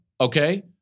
okay